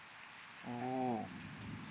oh